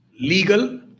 legal